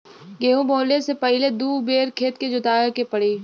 गेंहू बोवले से पहिले दू बेर खेत के जोतवाए के पड़ी